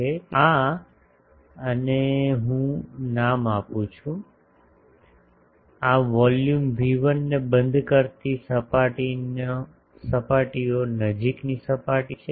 તેથી આ અને હું નામ આપું છું આ વોલ્યુમ V1 ને બંધ કરતી સપાટીઓ નજીકની સપાટીઓ છે